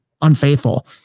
unfaithful